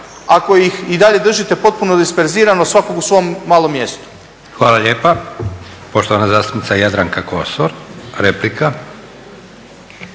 ako ih i dalje držite potpuno disperzirano svakog u svom malom mjestu. **Leko, Josip (SDP)** Hvala lijepa. Poštovana zastupnica Jadranka Kosor, replika.